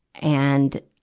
and,